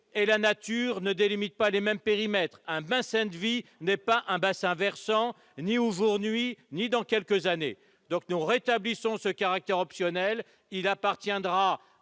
et la nature ne délimitent pas les mêmes périmètres : un bassin de vie n'est pas un bassin versant, ni aujourd'hui ni dans quelques années. Nous rétablissons donc ce caractère optionnel ; il appartiendra